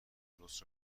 درست